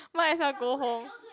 might as well go home